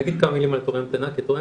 אני אגיד כמה מילים על תורי המתנה כי תורי